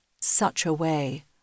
such-a-way